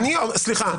סליחה,